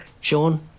Sean